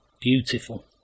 Beautiful